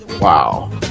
Wow